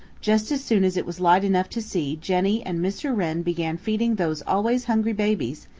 just as soon as it was light enough to see jenny and mr. wren began feeding those always hungry babies,